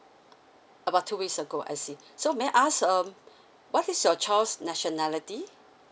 about two weeks ago I see so may I ask um what is your child's nationality